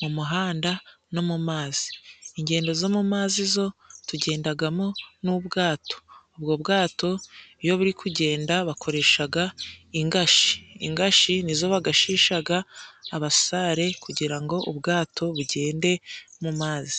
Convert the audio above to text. mu muhanda no mu mazi. Ingendo zo mu mazi zo tugendagamo n'ubwato, ubwo bwato iyo buri kugenda bakoreshaga ingashi. Ingashi nizo bagashishaga abasare, kugirango ubwato bugende mu mazi.